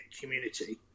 community